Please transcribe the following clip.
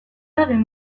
egin